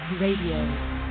RADIO